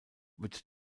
wird